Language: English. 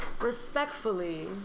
respectfully